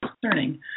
concerning